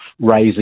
raise